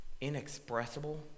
inexpressible